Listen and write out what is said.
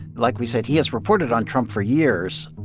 like we said, he has reported on trump for years.